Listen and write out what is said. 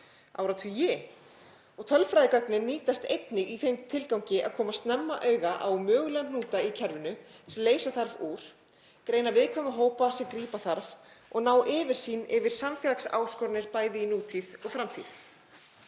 áratugi. Tölfræðigögnin nýtast einnig í þeim tilgangi að koma snemma auga á mögulega hnúta í kerfinu sem leysa þarf úr, greina viðkvæma hópa sem grípa þarf og ná yfirsýn yfir samfélagsáskoranir bæði í nútíð og framtíð.